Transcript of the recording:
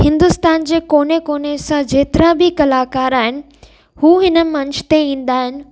हिंदुस्तान जे कोने कोने सां जेतिरा बि कलाकार आहिनि हू हिन मंच ते ईंदा आहिनि